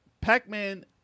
Pac-Man